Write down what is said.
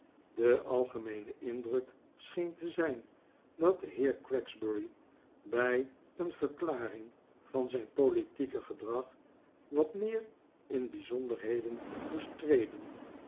de algemeene indruk scheen te zijn dat de heer gregsbury bij een verklaring van zijn p olitieke gedrag wat meer in bijzonderheden moest treden